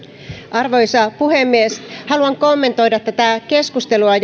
arvoisa puhemies haluan kommentoida tätä keskustelua